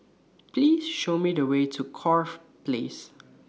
Please Show Me The Way to Corfe Place